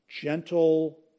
gentle